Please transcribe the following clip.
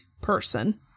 person